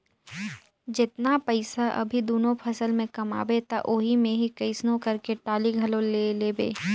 जेतना पइसा अभी दूनो फसल में कमाबे त ओही मे ही कइसनो करके टाली घलो ले लेबे